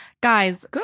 guys